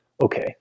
okay